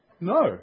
No